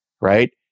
right